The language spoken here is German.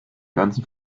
ganzen